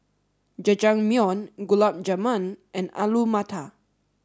Jajangmyeon Gulab Jamun and Alu Matar